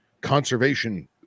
conservation